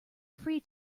free